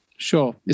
Sure